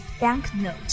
banknote